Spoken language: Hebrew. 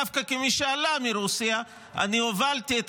דווקא כמי שעלה מרוסיה אני הובלתי את